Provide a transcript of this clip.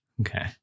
okay